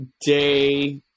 day